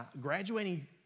Graduating